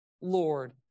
lord